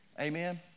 Amen